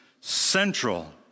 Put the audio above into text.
central